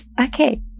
Okay